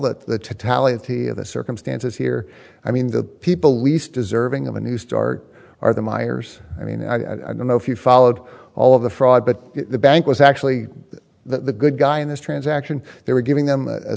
of the of the circumstances here i mean the people least deserving of a new start are the myers i mean i don't know if you followed all of the fraud but the bank was actually the good guy in this transaction they were giving them a